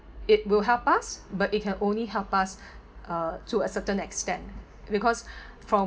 it will help us but it can only help us uh to a certain extent because from